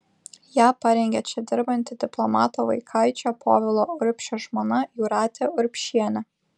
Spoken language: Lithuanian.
ją parengė čia dirbanti diplomato vaikaičio povilo urbšio žmona jūratė urbšienė